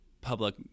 public